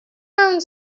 found